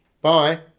bye